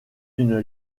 une